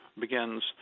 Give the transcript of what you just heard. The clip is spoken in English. begins